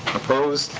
opposed?